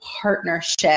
partnership